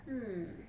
hmm